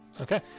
okay